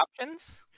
options